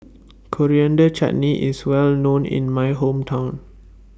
Coriander Chutney IS Well known in My Hometown